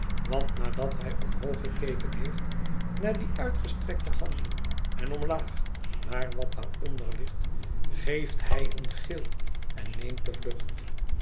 want nadat hij omhoog gekeken heeft naar die uitgestrekte hand en omlaag naar wat daaronder ligt geeft hij een gil en neemt de vlucht